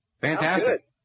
Fantastic